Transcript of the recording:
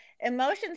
emotions